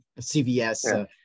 CVS